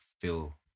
feel